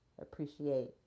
appreciate